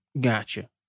Gotcha